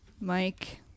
Mike